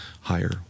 higher